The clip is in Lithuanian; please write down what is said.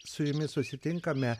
su jumis susitinkame